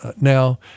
Now